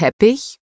Teppich